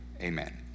amen